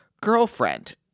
girlfriend